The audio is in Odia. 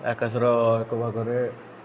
ଆକାଶର ଏକ ଭାଗରେ